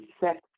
Sex